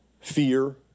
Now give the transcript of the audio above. fear